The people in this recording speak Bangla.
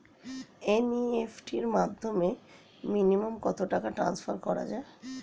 এন.ই.এফ.টি র মাধ্যমে মিনিমাম কত টাকা ট্রান্সফার করা যায়?